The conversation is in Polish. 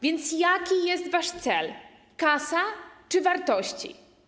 Więc jaki jest wasz cel: kasa czy wartości?